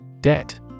Debt